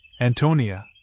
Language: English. Antonia